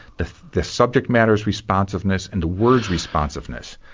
the the subject matter's responsiveness, and the word's responsiveness.